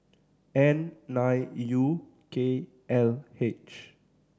N nine U K L H